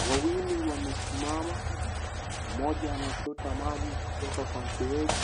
Wawili wamesimama, mmoja anachota maji kutoka kwa mfereji